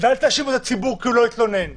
ואל תאשימו את הציבור בזה שהוא לא מתלונן.